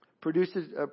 Produces